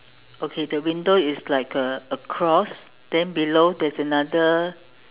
okay the window is like a across then below there's another